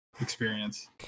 experience